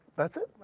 that's it?